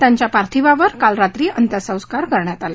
त्यांच्या पार्थिवावर काल रात्री अंत्यसंस्कार करण्यात आले